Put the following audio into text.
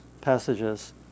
passages